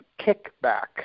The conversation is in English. kickback